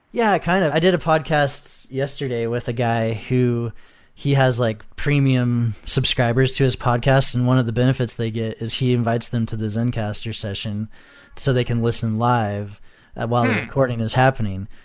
yeah, kind of. i did a podcast yesterday with a guy who he has like premium subscribers to his podcast and one of the benefits they get is he invites them to the zencastr session so they can listen live while the recording is happening.